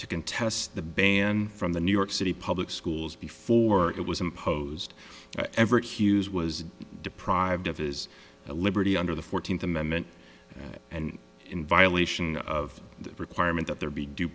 contest the ban from the new york city public schools before it was imposed ever hughes was deprived of his liberty under the fourteenth amendment and in violation of that requirement that there be due